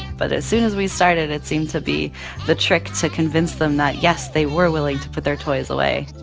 but as soon as we started, it seemed to be the trick to convince them that, yes, they were willing to put their toys away